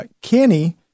Kenny